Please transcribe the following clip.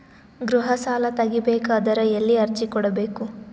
ಗೃಹ ಸಾಲಾ ತಗಿ ಬೇಕಾದರ ಎಲ್ಲಿ ಅರ್ಜಿ ಕೊಡಬೇಕು?